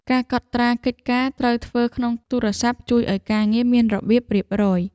ការកត់ត្រាកិច្ចការត្រូវធ្វើ ក្នុងទូរស័ព្ទ ជួយឱ្យការងារមានរបៀបរៀបរយ។